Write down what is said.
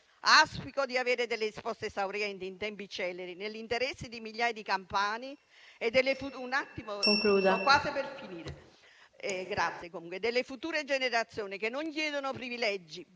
Auspico di avere delle risposte esaurienti e in tempi celeri, nell'interesse di migliaia di campani e delle future generazioni, che non chiedono privilegi,